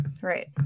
right